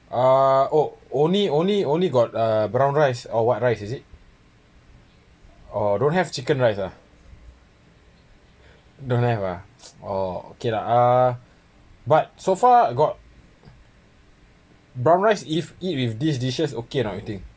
uh on~ only only only got uh brown rice or white rice is it orh don't have chicken rice ah don't have ah orh okay lah uh but so far got brown rice if eat with these dishes okay or not you think